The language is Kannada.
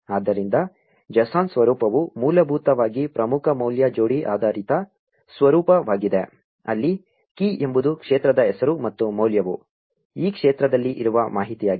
ಆದ್ದರಿಂದ JSON ಸ್ವರೂಪವು ಮೂಲಭೂತವಾಗಿ ಪ್ರಮುಖ ಮೌಲ್ಯ ಜೋಡಿ ಆಧಾರಿತ ಸ್ವರೂಪವಾಗಿದೆ ಅಲ್ಲಿ ಕೀ ಎಂಬುದು ಕ್ಷೇತ್ರದ ಹೆಸರು ಮತ್ತು ಮೌಲ್ಯವು ಈ ಕ್ಷೇತ್ರದಲ್ಲಿ ಇರುವ ಮಾಹಿತಿಯಾಗಿದೆ